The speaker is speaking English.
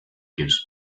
gives